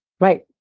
Right